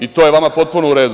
I to je vama potpuno u redu.